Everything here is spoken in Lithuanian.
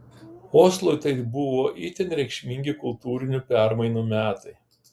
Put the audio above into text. oslui tai buvo itin reikšmingi kultūrinių permainų metai